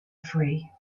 free